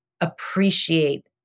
appreciate